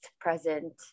present